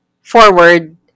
forward